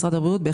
משרד הבריאות,